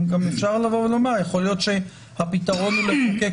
גם אפשר לבוא ולומר שיכול להיות שהפתרון הוא לחוקק